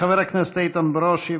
חבר הכנסת איתן ברושי.